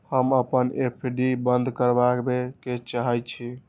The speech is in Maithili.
हम अपन एफ.डी बंद करबा के चाहे छी